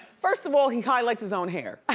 first of all, he highlights his own hair.